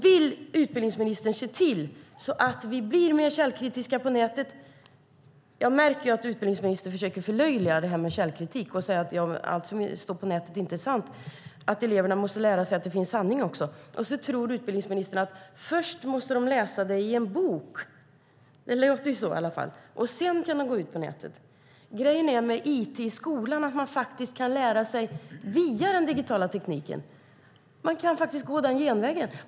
Vill utbildningsministern se till att vi blir mer källkritiska på nätet? Jag märker ju att utbildningsministern försöker förlöjliga det här med källkritik och säger att allt som står på nätet inte är sant, att eleverna måste lära sig att det finns sanning också. Utbildningsministern tror att de först måste läsa det i en bok - det låter ju så i alla fall - och sedan kan de gå ut på nätet. Grejen med it i skolan är att man faktiskt kan lära sig via den digitala tekniken. Man kan faktiskt gå den genvägen.